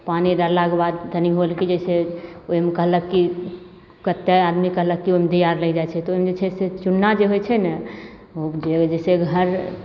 पानी डाललाके बाद तनि होल कि जइसे ओहिमे कहलक कि कतेक आदमी कहलक कि ओहिमे धिआद लागि जाइ छै तऽ ओहिमे जे छै से चूना जे होइ छै ने ओ जइसे घर